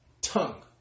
tongue